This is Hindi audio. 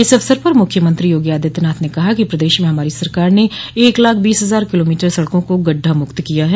इस अवसर पर मुख्यमंत्री योगी आदित्यनाथ ने कहा प्रदेश में हमारी सरकार ने एक लाख बीस हजार किलोमीटर सड़कों को गढ्ढा मुक्त किया है